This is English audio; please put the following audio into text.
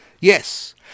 Yes